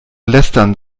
lästern